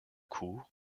cour